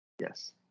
Yes